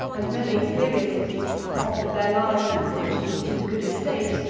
and many inferior cities offered their lives and fortunes to the good estate,